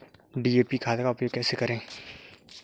DAP खाद का उपयोग कैसे करें?